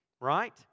right